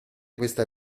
questa